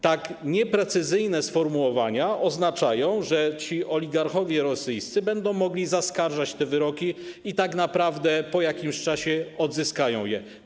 Tak nieprecyzyjne sformułowania oznaczają, że oligarchowie rosyjscy będą mogli zaskarżać wyroki i tak naprawdę po jakimś czasie odzyskają majątki.